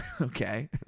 Okay